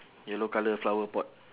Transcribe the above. yellow colour flower pot